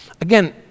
Again